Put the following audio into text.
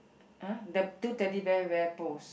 ah the two Teddy Bears wear bows